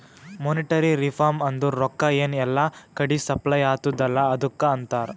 monetary reform ಅಂದುರ್ ರೊಕ್ಕಾ ಎನ್ ಎಲ್ಲಾ ಕಡಿ ಸಪ್ಲೈ ಅತ್ತುದ್ ಅಲ್ಲಾ ಅದುಕ್ಕ ಅಂತಾರ್